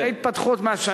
זה התפתחות מהשנים האחרונות.